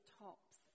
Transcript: tops